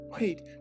wait